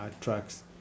tracks